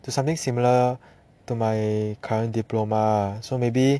to something similar to my current diploma ah so maybe